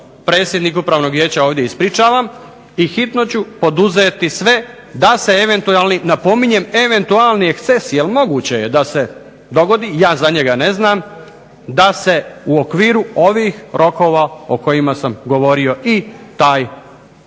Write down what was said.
predsjednik Upravnog vijeća ovdje ispričavam i hitno ću poduzeti sve da se eventualni, napominjem eventualni ekscesi, jer moguće je da se dogodi, ja za njega ne znam, da se u okviru ovih rokova o kojima sam govorio i taj slučaj